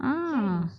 ah